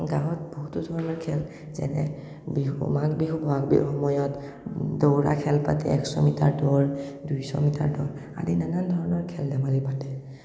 গাঁৱত বহুতো ধৰণৰ খেল যেনে বিহু মাঘ বিহু বহাগ বিহুৰ সময়ত দৌৰা খেল পাতে একশ মিটাৰ দৌৰ দুইশ মিটাৰ দৌৰ আদি নানান ধৰণৰ খেল ধেমালি পাতে